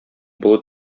болыт